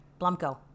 blumko